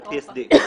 זה ה-PSD.